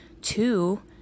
two